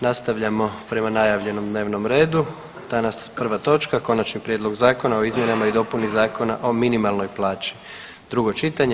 Nastavljamo prema najavljenom dnevnom redu, danas prva točka: - Končani prijedlog Zakona o izmjenama i dopuni Zakon o minimalnoj plaći, drugo čitanje.